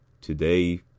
today